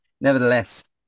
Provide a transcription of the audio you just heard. Nevertheless